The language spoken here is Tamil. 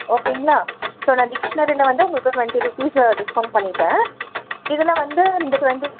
ஓகேங்களா ஸோ நான் டிக்ஷனரியில் வந்து உங்களுக்கு டுவென்ட்டி ருப்பீஸை டிஸ்கௌண்ட் பண்ணிவிட்டேன் இதில் வந்து இந்த டுவென்ட்டி